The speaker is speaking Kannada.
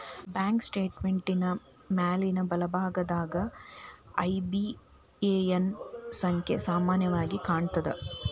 ಬ್ಯಾಂಕ್ ಸ್ಟೇಟ್ಮೆಂಟಿನ್ ಮ್ಯಾಲಿನ್ ಬಲಭಾಗದಾಗ ಐ.ಬಿ.ಎ.ಎನ್ ಸಂಖ್ಯಾ ಸಾಮಾನ್ಯವಾಗಿ ಕಾಣ್ತದ